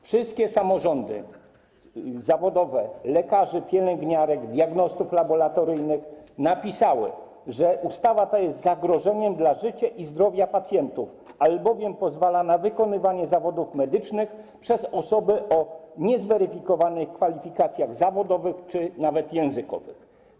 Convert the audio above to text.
Wszystkie samorządy zawodowe lekarzy, pielęgniarek, diagnostów laboratoryjnych napisały, że ta ustawa jest zagrożeniem dla życia i zdrowia pacjentów, albowiem pozwala na wykonywanie zawodów medycznych przez osoby o niezweryfikowanych kwalifikacjach zawodowych czy nawet językowych.